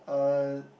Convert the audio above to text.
uh